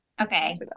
okay